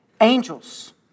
angels